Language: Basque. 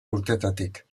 urtetatik